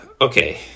okay